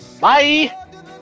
Bye